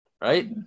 right